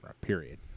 period